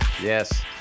Yes